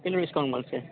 કેટલું ડિસ્કાઉન્ટ મળશે